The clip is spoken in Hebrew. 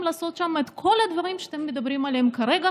לעשות שם את כל הדברים שאתם מדברים עליהם כרגע,